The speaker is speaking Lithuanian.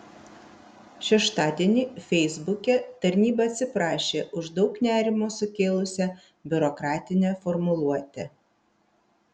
šeštadienį feisbuke tarnyba atsiprašė už daug nerimo sukėlusią biurokratinę formuluotę